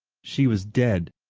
she was dead,